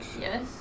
Yes